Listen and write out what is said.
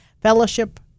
fellowship